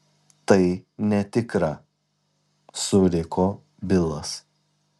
tai netikra suriko bilas